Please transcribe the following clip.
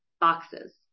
boxes